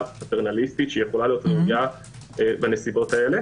פטרנליסטית שיכולה להיות ראויה בנסיבות האלה